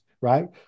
Right